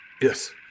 Yes